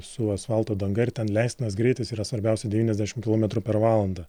su asfalto danga ir ten leistinas greitis yra svarbiausia devyniasdešim kilometrų per valandą